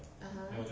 (uh huh)